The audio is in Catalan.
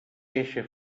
eixe